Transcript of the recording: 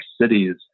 cities